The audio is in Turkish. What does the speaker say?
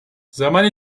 zaman